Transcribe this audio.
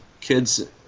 kids